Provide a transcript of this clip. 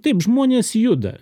taip žmonės juda